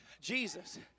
Jesus